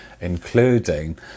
including